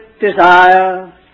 desire